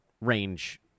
range